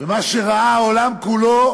ומה שראה העולם כולו,